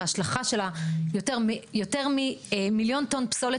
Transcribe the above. והשלכה של יותר ממיליון טונה פסולת